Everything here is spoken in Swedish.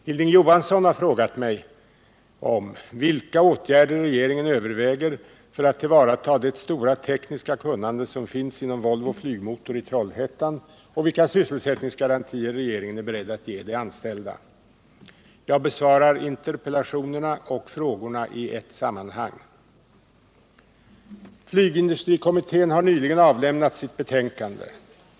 Hilding Johansson har frågat mig om vilka åtgärder regeringen överväger för att tillvarata det stora tekniska kunnande som finns inom Volvo Flygmotor i Trollhättan och vilka sysselsättningsgarantier regeringen är beredd att ge de anställda. Jag besvarar interpellationerna och frågorna i ett sammanhang. Flygindustrikommittén har nyligen avlämnat sitt betänkande.